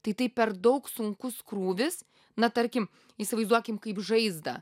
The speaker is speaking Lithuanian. tai tai per daug sunkus krūvis na tarkim įsivaizduokim kaip žaizdą